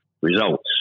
results